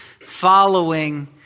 following